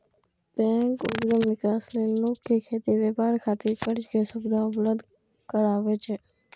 bank उद्यम विकास लेल लोक कें खेती, व्यापार खातिर कर्ज के सुविधा उपलब्ध करबै छै